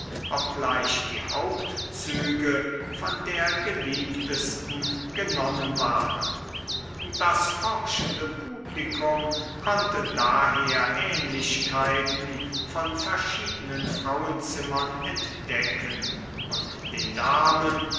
obgleich die hauptzüge von der geliebtesten genommen waren das forschende publikum konnte daher ähnlichkeiten von verschiedenen frauenzimmern entdecken und den damen